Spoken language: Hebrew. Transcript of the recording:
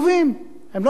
הם לא דברים שצריך